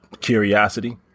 curiosity